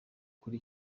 muri